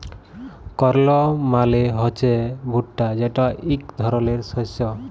কর্ল মালে হছে ভুট্টা যেট ইক ধরলের শস্য